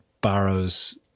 borrows